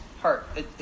heart